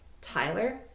Tyler